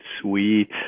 Sweet